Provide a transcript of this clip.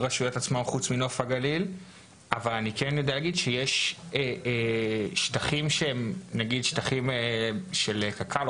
אני יודע לומר שיש שטחים של קק"ל או